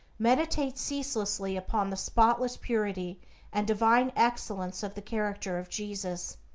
meditate ceaselessly upon the spotless purity and divine excellence of the character of jesus,